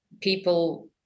people